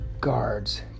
guards